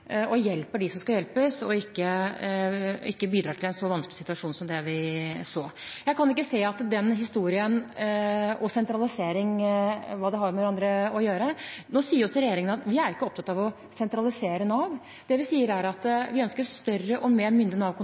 og hjelper dem som skal hjelpes, og ikke bidrar til en så vanskelig situasjon som det vi så. Jeg kan ikke se hva den historien og sentralisering har med hverandre å gjøre. Nå sier regjeringen at vi er ikke opptatt av å sentralisere Nav. Det vi sier, er at vi ønsker større og mer